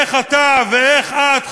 איך אתה ואיך את,